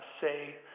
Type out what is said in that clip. say